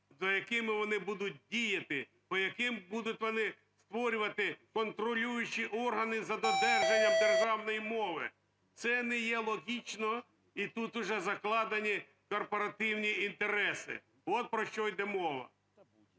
за якими вони будуть діяти, по яким будуть вони створювати контролюючі органи за додержанням державної мови. Це не є логічно, і тут уже закладені корпоративні інтереси. От про що йде мова.